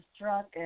drunk